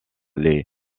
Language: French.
les